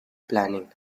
planning